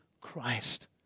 Christ